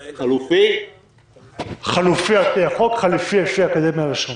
חלופי על פי החוק, חליפי על פי האקדמיה ללשון.